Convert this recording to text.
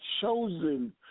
chosen